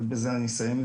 ובזה אני אסיים.